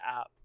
app